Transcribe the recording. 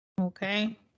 Okay